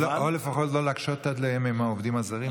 או לפחות לא להקשות עליהם עם העובדים הזרים שם.